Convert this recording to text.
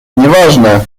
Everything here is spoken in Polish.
nieważne